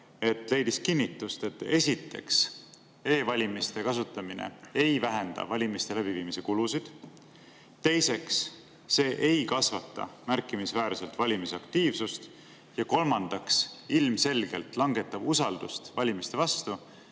et leidis kinnitust, esiteks, et e‑valimiste kasutamine ei vähenda valimiste läbiviimise kulusid, teiseks, see ei kasvata märkimisväärselt valimisaktiivsust ja kolmandaks, ilmselgelt langetab usaldust valimiste vastu,